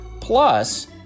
Plus